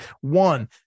one